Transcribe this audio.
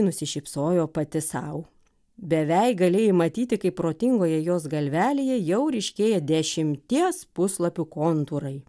nusišypsojo pati sau beveik galėjai matyti kaip protingoje jos galvelėje jau ryškėja dešimties puslapių kontūrai